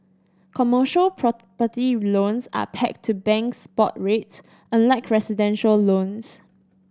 commercial property loans are pegged to banks' board rates unlike residential loans